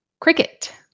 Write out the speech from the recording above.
cricket